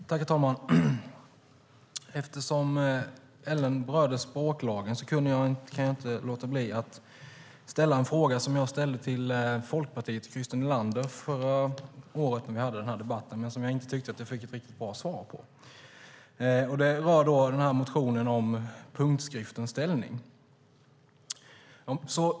Herr talman! Eftersom Ellen berörde språklagen kan jag inte låta bli att ställa en fråga som jag ställde till Folkpartiet och Christer Nylander förra året när vi hade denna debatt men som jag inte tyckte att jag fick något riktigt bra svar på. Frågan rör motionen om punktskriftens ställning.